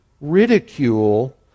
ridicule